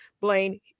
Blaine